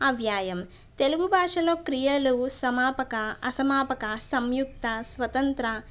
అవ్యాయం తెలుగు భాషలో క్రియలు సమాపక అసమాపక సంయుక్త స్వతంత్ర